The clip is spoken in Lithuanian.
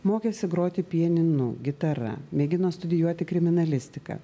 mokėsi groti pianinu gitara mėgino studijuoti kriminalistiką